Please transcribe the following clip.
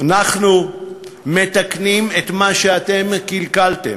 אנחנו מתקנים את מה שאתם קלקלתם.